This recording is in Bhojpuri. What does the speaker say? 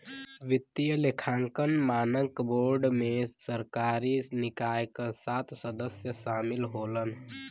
वित्तीय लेखांकन मानक बोर्ड में सरकारी निकाय क सात सदस्य शामिल होलन